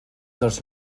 dels